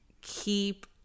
keep